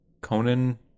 Conan